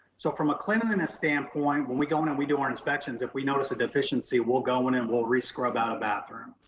so from a cleanliness standpoint, when we go in and we do our inspections, if we notice a deficiency, we'll go in and we'll rescrub out a bathroom,